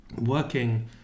working